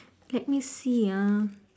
let me see ah